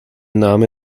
name